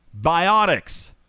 biotics